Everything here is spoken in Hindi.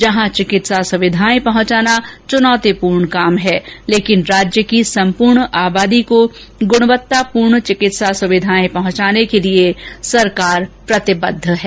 जहाँ चिकित्सा सुविधाएं पहुंचाना चुनौतिपूर्ण काम है लेकिन राज्य की सम्पूर्ण आबादी को गुणवत्ता पूर्ण चिकित्सा सुविधाए पहुंचाने के लिए प्रतिबद्ध हैं